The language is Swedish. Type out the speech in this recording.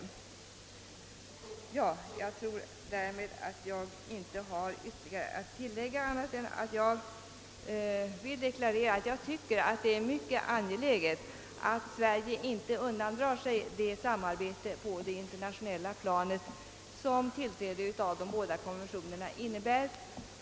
Därutöver har jag inte något ytterligare att tillägga annat än att jag anser det mycket angeläget att Sverige inte undandrar sig det samarbete på det internationella planet som ett biträdande av de båda konventionerna innebär.